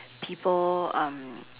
people um